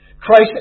Christ